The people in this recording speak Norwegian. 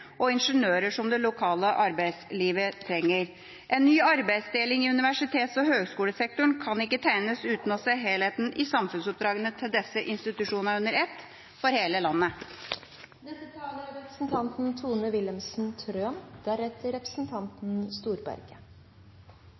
og ingeniører som det lokale arbeidslivet trenger? En ny arbeidsdeling i universitets- og høgskolesektoren kan ikke tegnes uten å se helheten i samfunnsoppdragene til disse institusjonene under ett – for hele landet. «Noen ganger er